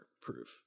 proof